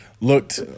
looked